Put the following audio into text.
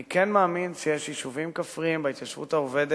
אני כן מאמין שיש יישובים כפריים בהתיישבות העובדת